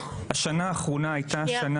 השנה האחרונה הייתה שנה